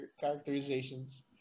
characterizations